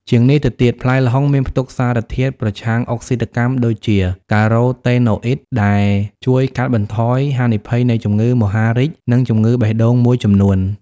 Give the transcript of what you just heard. ជាងនេះទៅទៀត ផ្លែល្ហុងមានផ្ទុកសារធាតុប្រឆាំងអុកស៊ីតកម្មដូចជា carotenoids ដែលជួយកាត់បន្ថយហានិភ័យនៃជំងឺមហារីក និងជំងឺបេះដូងមួយចំនួន។